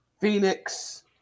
Phoenix